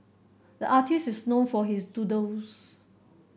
the artist is known for his doodles